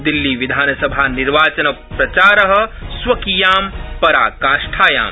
दिल्लीविधानसभानिर्वाचनप्रचारः स्वकीयां परमां पराकाष्ठायाम्